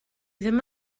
ddim